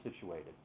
situated